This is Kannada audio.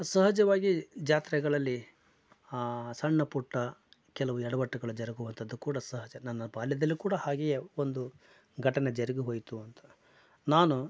ಸಹಜವಾಗಿ ಜಾತ್ರೆಗಳಲ್ಲಿ ಸಣ್ಣ ಪುಟ್ಟ ಕೆಲವು ಎಡವಟ್ಟುಗಳು ಜರಗುವಂತದ್ದು ಕೂಡ ಸಹಜ ನನ್ನ ಬಾಲ್ಯದಲ್ಲೂ ಕೂಡ ಹಾಗೆಯೇ ಒಂದು ಘಟನೆ ಜರುಗಿ ಹೋಯ್ತು ಅಂತ ನಾನು